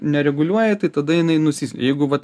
nereguliuoji tai tada jinai nu jeigu vat